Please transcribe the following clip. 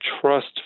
trust